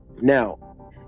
Now